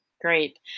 Great